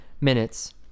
minutes